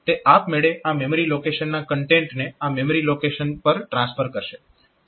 તે આપમેળે આ મેમરી લોકેશનના કન્ટેન્ટને આ મેમરી લોકેશન પર ટ્રાન્સફર કરશે